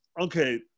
Okay